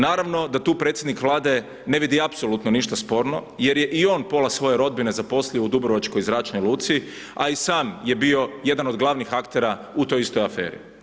Naravno da tu predsjednik Vlade ne vidi apsolutno ništa sporno jer je i on pola svoje rodbine zaposlio u dubrovačkoj zračnoj luci a i sam je bio jedan od glavnih aktera u toj istoj aferi.